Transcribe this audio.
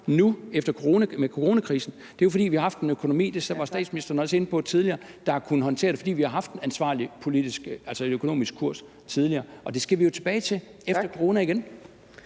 nu under coronakrisen, er jo, at vi har haft en økonomi – det var statsministeren også inde på tidligere – så vi har kunnet håndtere det, fordi vi har haft en ansvarlig økonomisk kurs tidligere. Og det skal vi jo tilbage til efter coronakrisen.